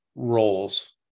roles